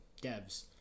devs